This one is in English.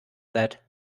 that